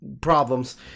problems